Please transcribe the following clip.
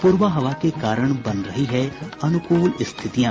पूरबा हवा के कारण बन रही हैं अनुकूल स्थितियां